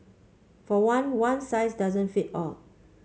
for one one size doesn't fit all